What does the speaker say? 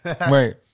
Right